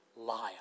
liar